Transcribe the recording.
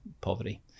poverty